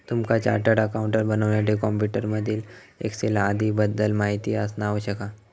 तुमका chartered accountant बनण्यासाठी computer मधील एक्सेल आदीं बद्दल माहिती असना आवश्यक हा